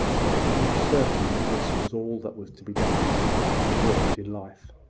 but it was not certain that this was all that was to be done and enjoyed in life.